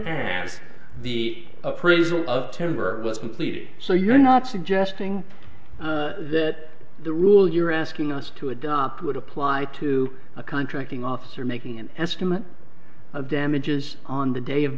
and the appraisal of temper was completed so you're not suggesting that the rule you're asking us to adopt would apply to a contracting officer making an estimate of damages on the day of